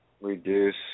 reduce